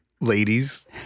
Ladies